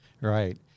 Right